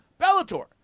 Bellator